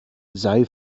sei